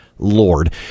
Lord